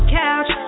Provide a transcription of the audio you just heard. couch